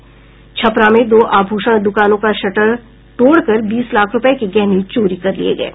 छपरा में दो आभूषण द्रकानों का शटर तोड़कर बीस लाख रूपये के गहने चोरी कर लिये गये